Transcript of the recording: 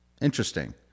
Interesting